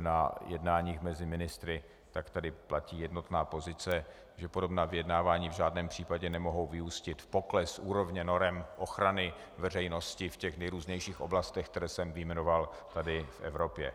na jednáních mezi ministry, tak tady platí jednotná pozice, že podobná vyjednávání v žádném případě nemohou vyústit v pokles úrovně norem ochrany veřejnosti v těch nejrůznějších oblastech, které jsem vyjmenoval, tady v Evropě.